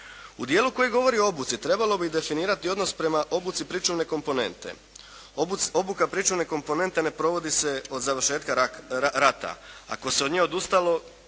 U dijelu koji govori o obuci trebalo bi definirati odnos prema obuci pričuvne komponente. Obuka pričuvne komponente ne provodi se od završenja rata. Ako se od nje odustalo,